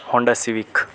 Honda civic